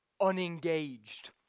unengaged